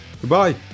Goodbye